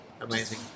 amazing